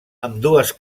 ambdues